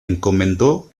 encomendó